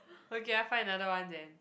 okay I find another one then